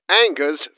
angers